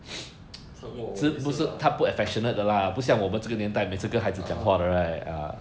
这么我也是 lah !hanna!